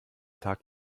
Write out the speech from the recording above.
tag